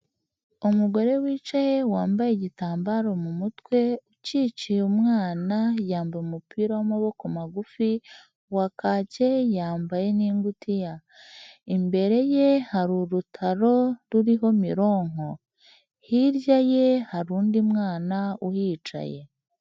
Umugore wicaye wambaye igitambaro mu mutwe ukikiye umwana yambaye umupira w'amaboko magufi wa kake yambaye n'ingutiya imbere ye hari urutaro ruriho mironko hirya ye hari undi mwana uhicaye.